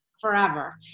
Forever